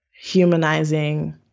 humanizing